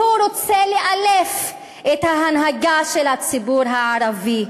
והוא רוצה לאלף את ההנהגה של הציבור הערבי,